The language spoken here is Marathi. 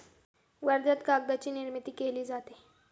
वर्ध्यात कागदाची निर्मिती केली जाते